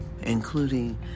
including